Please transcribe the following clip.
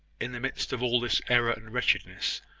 in the midst of all this error and wretchedness,